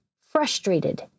frustrated